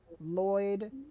Lloyd